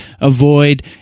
avoid